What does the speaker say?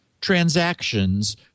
transactions